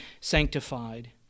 sanctified